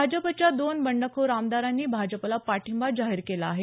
भाजपच्या दोन बंडखोर आमदारांनी भाजपला पाठिंबा जाहीर केला आहे